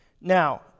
Now